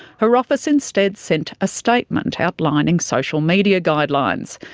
her office instead sent a statement outlining social media guidelines.